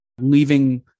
leaving